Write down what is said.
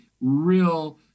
real